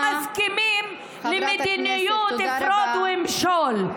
ולא מסכימים למדיניות הפרד ומשול.